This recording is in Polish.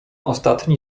ostatni